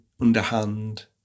underhand